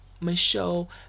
Michelle